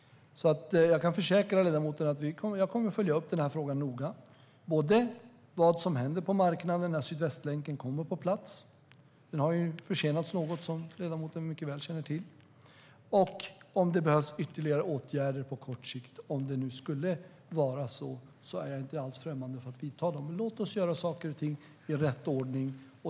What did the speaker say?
Jag kan försäkra ledamoten att jag kommer att följa den här frågan noga. Det gäller både vad som händer på marknaden när Sydvästlänken kommer på plats - den har ju, som ledamoten väl känner till, försenats något - och om det behövs ytterligare åtgärder på kort sikt. I så fall är jag inte alls främmande för att vidta åtgärder. Men låt oss göra saker och ting i rätt ordning.